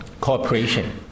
cooperation